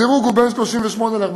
הדירוג הוא בין 38 ל-41,